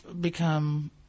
become